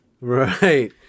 right